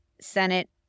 Senate